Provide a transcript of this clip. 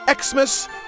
Xmas